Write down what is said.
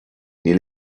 níl